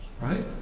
right